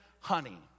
honey